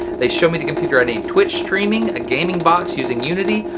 they show me the computer i need. twitch streaming, a gaming box using unity,